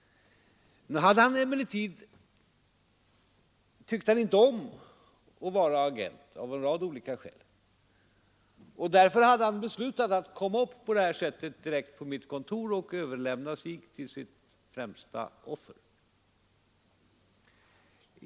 Nu tyckte han emellertid av en rad olika skäl inte om att vara agent, och därför hade han beslutat att komma upp direkt på det här sättet till mitt kontor och överlämna sig till sitt främsta offer.